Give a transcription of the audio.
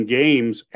games